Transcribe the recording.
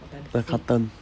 the carton